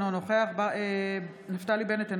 אינו נוכח נפתלי בנט,